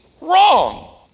wrong